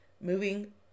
moving